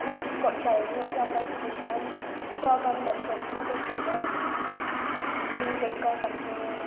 खूब शाळेंनी अशें आसा की भुरग्यांक चॉक आनी डस्टर कितें तें सुद्दां दवर आसना ती तेंकां सामकें